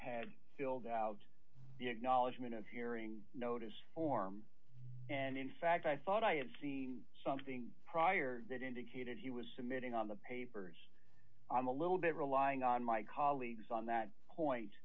had filled out the acknowledgment of hearing notice form and in fact i thought i had seen something prior that indicated he was submitting on the papers i'm a little bit relying on my colleagues on that point